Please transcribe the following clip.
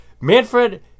Manfred